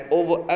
over